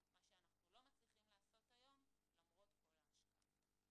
מה שאנחנו לא מצליחים לעשות היום למרות כל ההשקעה.